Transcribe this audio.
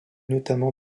notamment